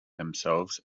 themselves